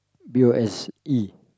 B O S E